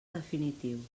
definitiu